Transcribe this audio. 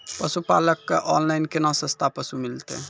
पशुपालक कऽ ऑनलाइन केना सस्ता पसु मिलतै?